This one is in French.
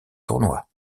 tournoi